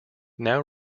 now